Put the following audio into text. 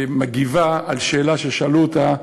מגיבה על שאלה ששאלו אותה,